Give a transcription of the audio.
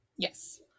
Yes